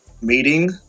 meeting